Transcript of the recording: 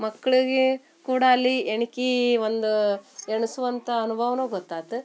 ಮಕ್ಳಿಗೆ ಕೂಡ ಅಲ್ಲಿ ಎಣ್ಕೆ ಒಂದು ಎಣಿಸುವಂಥ ಅನುಭವವೂ ಗೊತ್ತಾತು